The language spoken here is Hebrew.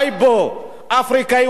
אפריקני הוא חסר תרבות,